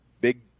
big